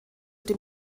dem